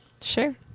sure